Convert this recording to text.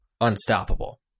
unstoppable